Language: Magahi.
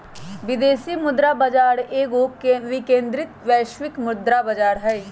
विदेशी मुद्रा बाजार एगो विकेंद्रीकृत वैश्विक मुद्रा बजार हइ